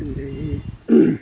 ꯑꯗꯒꯤ